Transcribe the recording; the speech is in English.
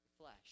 Flesh